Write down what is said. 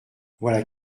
voilà